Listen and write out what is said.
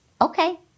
Okay